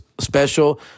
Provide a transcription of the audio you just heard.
special